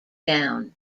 down